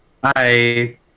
Bye